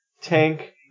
tank